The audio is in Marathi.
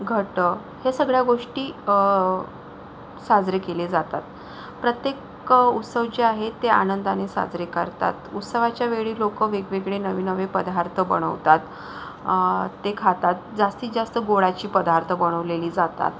घट हे सगळ्या गोष्टी साजरे केले जातात प्रत्येक उत्सव जे आहे ते आनंदाने साजरे करतात उत्सवाच्या वेळी लोक वेगवेगळे नवे नवे पदार्थ बनवतात ते खातात जास्तीत जास्त गोडाचे पदार्थ बनवले जातात